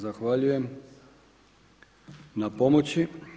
Zahvaljujem na pomoći.